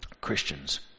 Christians